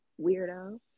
weirdo